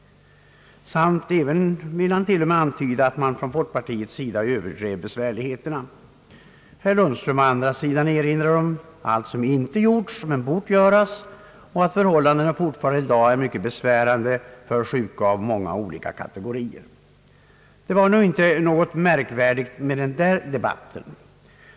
Statsrådet ville även t.o.m. antyda att folkpartiet överdrev besvärligheterna. Herr Lundström erinrade om vad som inte hade gjorts men som borde ha gjorts och sade att förhållandena i dag fortfarande är mycket besvärande för sjuka av många olika kategorier. Det var nog inte något märkvärdigt med den där debatten.